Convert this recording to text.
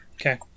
Okay